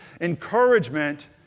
Encouragement